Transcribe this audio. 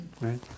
right